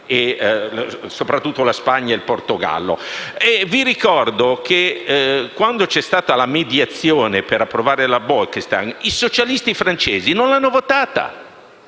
e soprattutto la Spagna e il Portogallo. Vi ricordo che, quando c'è stata la mediazione per approvare la direttiva Bolkestein, i socialisti francesi non l'hanno votata,